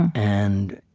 and